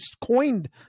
coined